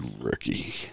rookie